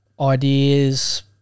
ideas